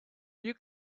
you